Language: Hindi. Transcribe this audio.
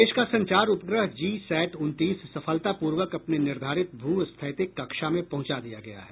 देश का संचार उपग्रह जी सैट उनतीस सफलतापूर्वक अपनी निर्धारित भू स्थैतिक कक्षा में पहुंचा दिया गया है